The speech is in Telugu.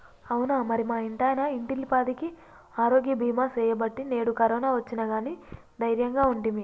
అవునా మరి మా ఇంటాయన ఇంటిల్లిపాదికి ఆరోగ్య బీమా సేయబట్టి నేడు కరోనా ఒచ్చిన గానీ దైర్యంగా ఉంటిమి